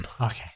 Okay